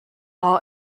all